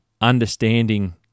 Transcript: understanding